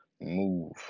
move